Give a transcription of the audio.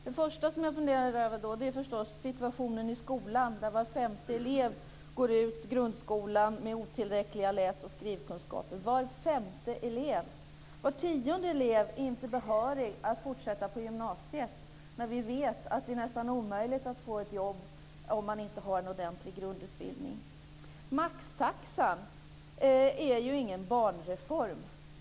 Det första jag funderar över är förstås situationen i skolan, där var femte elev går ut grundskolan med otillräckliga läs och skrivkunskaper. Var tionde elev är inte behörig att fortsätta på gymnasiet, men vi vet att det nästan är omöjligt att få ett jobb om man inte har en ordentlig grundutbildning. Maxtaxan är ju ingen barnreform.